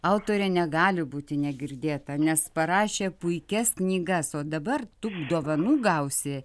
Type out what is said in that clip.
autorė negali būti negirdėta nes parašė puikias knygas o dabar tu dovanų gausi